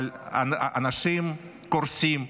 אבל אנשים קורסים,